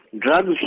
Drugs